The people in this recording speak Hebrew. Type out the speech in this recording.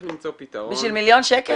למצוא פתרון -- בשביל מיליון שקל?